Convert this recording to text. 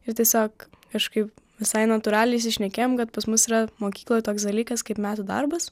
ir tiesiog kažkaip visai natūraliai įsišnekėjom kad pas mus yra mokykloj toks dalykas kaip metų darbas